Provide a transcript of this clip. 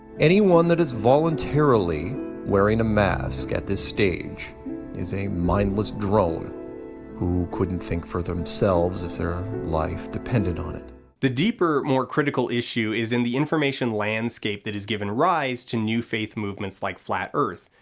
anyone that is voluntarily wearing a mask at this stage is a mindless drone who couldn't think for themselves if their life depended on it the deeper, more critical issue is in the information landscape that has given rise to new faith movements like flat earth.